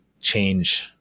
change